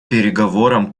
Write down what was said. переговорам